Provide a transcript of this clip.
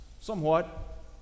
somewhat